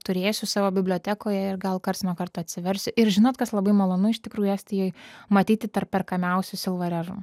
turėsiu savo bibliotekoje ir gal karts nuo karto atsiversiu ir žinot kas labai malonu iš tikrųjų estijoj matyti tarp perkamiausių silva rerum